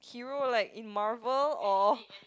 hero like in Marvel or